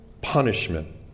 punishment